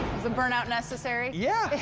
the burnout necessary? yeah,